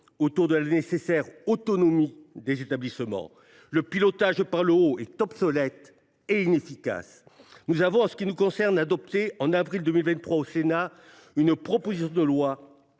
autour de la nécessaire autonomie des établissements. Le pilotage par le haut est obsolète et inefficace. En ce qui nous concerne, nous avons adopté en avril 2023 une proposition de loi